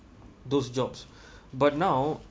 those jobs but now